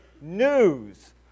news